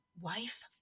wife